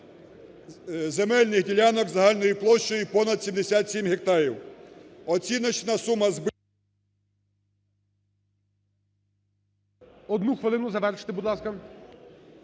земельних ділянок загальною площею понад 77 гектарів. Оціночна сума… ГОЛОВУЮЧИЙ. Одну хвилину, завершити, будь ласка.